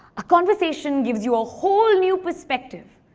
a conversation gives you a whole new perspective.